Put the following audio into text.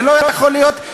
זה לא יכול להיות,